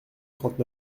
trente